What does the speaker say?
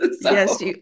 yes